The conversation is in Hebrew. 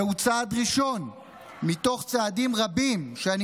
זהו צעד ראשון מתוך צעדים רבים שאני